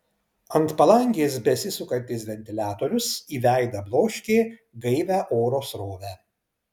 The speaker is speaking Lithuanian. ant palangės besisukantis ventiliatorius į veidą bloškė gaivią oro srovę